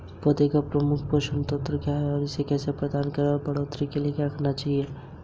एक असुरक्षित ऋण में ब्याज की दर आमतौर पर एक सुरक्षित ऋण की तुलना में उच्चतर होती है?